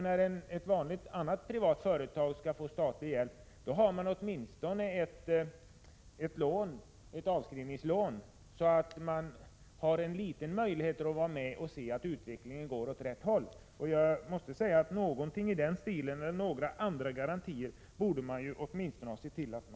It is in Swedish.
När ett annat, vanligt privat företag skall få statlig hjälp, har man åtminstone ett avskrivningslån, så att man har någon liten möjlighet att vara med och se att utvecklingen går åt rätt håll. Någonting i den stilen eller några andra garantier borde man åtminstone ha sett till att ha.